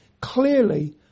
clearly